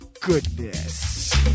goodness